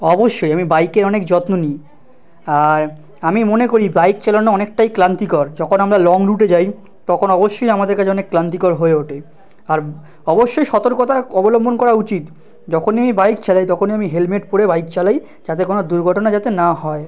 অবশ্যই আমি বাইকের অনেক যত্ন নিই আর আমি মনে করি বাইক চালানো অনেকটাই ক্লান্তিকর যখন আমরা লং রুটে যাই তখন অবশ্যই আমাদের কাছে অনেক ক্লান্তিকর হয়ে ওঠে আর অবশ্যই সতর্কতা অবলম্বন করা উচিত যখনই আমি বাইক চালাই তখনই আমি হেলমেট পরে বাইক চালাই যাতে কোনো দুর্ঘটনা যাতে না হয়